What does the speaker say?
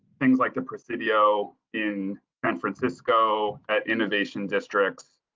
things like the presidio in san francisco at innovation districts.